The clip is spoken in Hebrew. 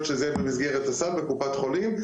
שזה יהיה במסגרת הסל בקופת חולים.